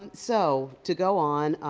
and so, to go on,